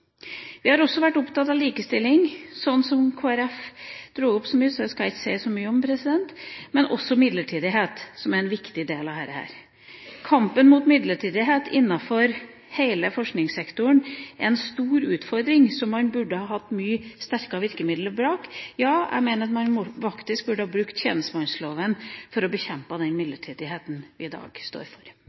Vi har også vært opptatt av likestilling, som Kristelig Folkeparti tok opp, så jeg skal ikke si så mye om det, men vi er også opptatt av midlertidighet, som er en viktig del av dette. Kampen mot midlertidighet innenfor hele forskningssektoren er en stor utfordring som man burde ha hatt mye sterkere virkemidler bak. Ja, jeg mener at man faktisk burde ha brukt tjenestemannsloven for å bekjempe den midlertidigheten vi i dag står for.